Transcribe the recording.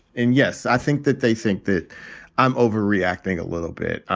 and yes, i think that they think that i'm overreacting a little bit.